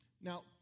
Now